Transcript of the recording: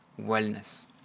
wellness